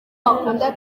akunda